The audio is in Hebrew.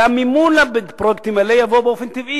והמימון לפרויקטים האלה יבוא באופן טבעי,